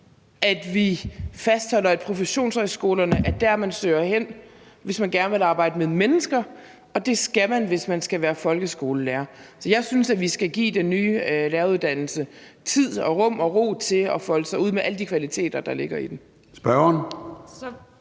at vi fastholder, at professionshøjskolerne er der, man søger hen, hvis man gerne vil arbejde med mennesker, og det skal man, hvis man skal være folkeskolelærer. Jeg synes, vi skal give den nye læreruddannelse tid, rum og ro til at folde sig ud med alle de kvaliteter, der ligger i den.